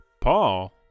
Paul